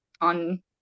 on